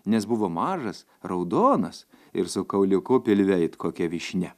nes buvo mažas raudonas ir su kauliuku pilve it kokia vyšnia